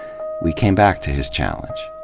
we came back to his challenge.